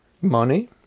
money